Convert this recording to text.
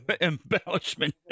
Embellishment